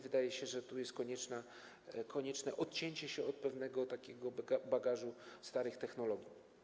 Wydaje się, że tu jest konieczne odcięcie się od pewnego takiego bagażu starych technologii.